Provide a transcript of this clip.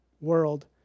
world